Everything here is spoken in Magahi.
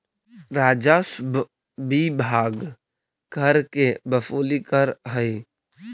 राजस्व विभाग कर के वसूली करऽ हई